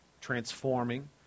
transforming